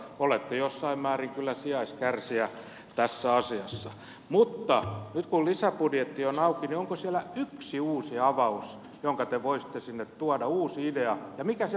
olette jossain määrin kyllä sijaiskärsijä tässä asiassa mutta nyt kun lisäbudjetti on auki niin onko siellä yksi uusi avaus jonka te voisitte tuoda uusi idea ja mikä se voisi olla